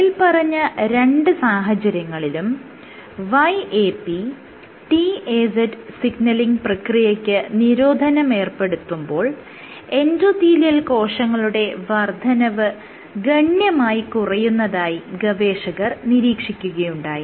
മേല്പറഞ്ഞ രണ്ട് സാഹചര്യങ്ങളിലും YAPTAZ സിഗ്നലിങ് പ്രക്രിയയ്ക്ക് നിരോധനം ഏർപ്പെടുത്തുമ്പോൾ എൻഡോത്തീലിയൽ കോശങ്ങളുടെ വർദ്ധനവ് ഗണ്യമായി കുറയുന്നതായി ഗവേഷകർ നിരീക്ഷിക്കുകയുണ്ടായി